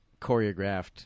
choreographed